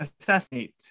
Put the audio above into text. assassinate